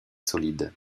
solide